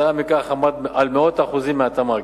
כתוצאה מכך עמד על מאות אחוזים מהתמ"ג.